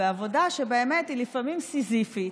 בעבודה שבאמת היא לפעמים סיזיפית,